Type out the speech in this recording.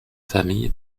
famile